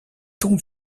tons